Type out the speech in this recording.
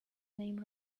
name